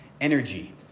energy